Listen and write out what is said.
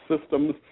systems